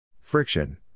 Friction